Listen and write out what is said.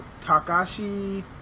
Takashi